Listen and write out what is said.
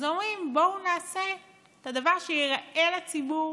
הם אומרים: בואו נעשה את הדבר שייראה לציבור